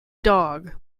dog